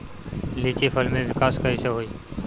लीची फल में विकास कइसे होई?